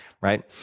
right